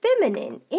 feminine